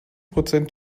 prozent